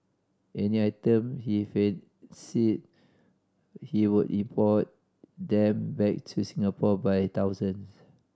any item he fancied he would import them back to Singapore by thousands